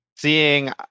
Seeing